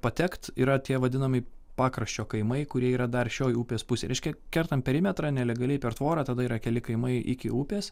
patekt yra tie vadinami pakraščio kaimai kurie yra dar šioj upės pusėj reiškia kertam perimetrą nelegaliai per tvorą tada yra keli kaimai iki upės